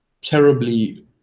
terribly